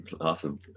awesome